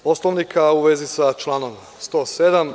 Poslovnika, a u vezi sa članom 107.